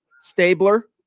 Stabler